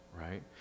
right